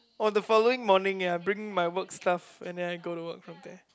on the following morning ya bring my work stuff and then I go to work from there